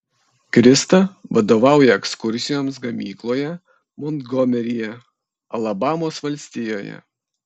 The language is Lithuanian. krista vadovauja ekskursijoms gamykloje montgomeryje alabamos valstijoje